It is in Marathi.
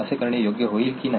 असे करणे हे योग्य होईल की नाही